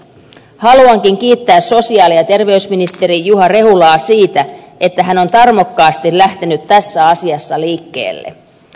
haluankin kiittää sosiaali ja terveysministeri juha rehulaa siitä että hän on tarmokkaasti lähtenyt tässä asiassa liikkeelle